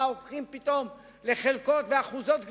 הופכים פתאום לחלקות ולאחוזות גדולות.